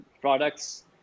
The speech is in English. products